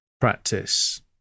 practice